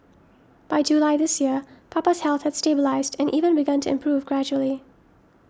by July this year Papa's health had stabilised and even begun to improve gradually